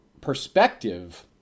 perspective